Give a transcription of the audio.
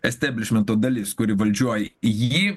esteblišmento dalis kuri valdžioj ji